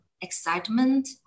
excitement